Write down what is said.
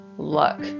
luck